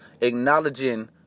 acknowledging